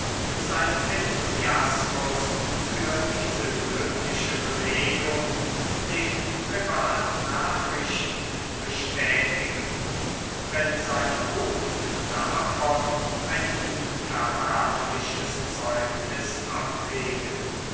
seinem enthusiasmus für diese glückliche bewegung den privatnachrichten bestätigten wenn seine oden davon ein unverwerfliches zeugnis ablegen